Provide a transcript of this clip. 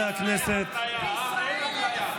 אין אפליה, אין אפליה.